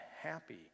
happy